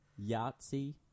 Yahtzee